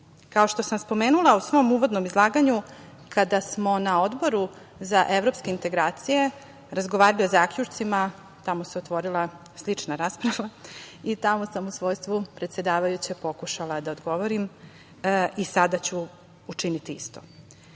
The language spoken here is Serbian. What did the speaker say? što sam spomenula u svom uvodnom izlaganju kada smo na Odboru za evropske integracije razgovarali o zaključcima tamo se otvorila slična rasprava i tamo sam u svojstvu predsedavajuće pokušala da odgovorim i sada ću učiniti isto. Lično